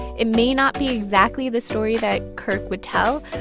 it may not be exactly the story that kirk would tell,